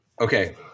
Okay